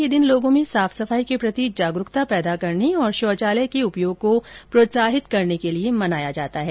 यह दिन लोगों में साफ सफाई के प्रति जागरूकता पैदा करने और शौचालय के उपयोग को प्रोत्साहित करने के लिए मनाया जाता है